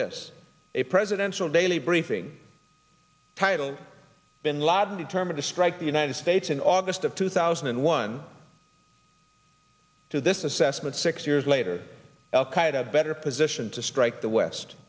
this a presidential daily briefing titled bin laden determined to strike the united states in august of two thousand and one to this assessment six years later al qaeda better position to strike the west